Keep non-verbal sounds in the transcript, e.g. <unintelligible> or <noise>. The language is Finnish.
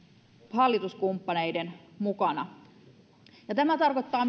hallituskumppaneiden mukana tämä tarkoittaa <unintelligible>